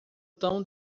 tão